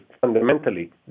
fundamentally